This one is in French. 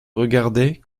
regardaient